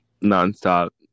non-stop